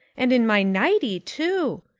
and in my nighty too.